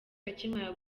akimara